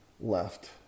left